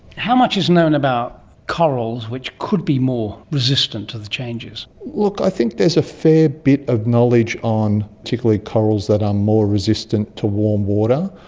how much is known about corals which could be more resistant to the changes? look, i think there's a fair bit of knowledge on particularly corals that are more resistant to warm water.